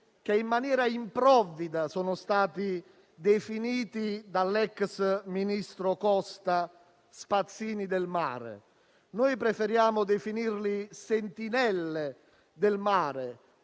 che in maniera improvvida sono stati definiti dall'ex ministro Costa «spazzini del mare». Noi preferiamo definirli «sentinelle del mare»,